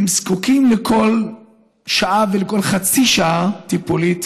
הם זקוקים לכל שעה ולכל חצי שעה טיפולית